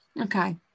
Okay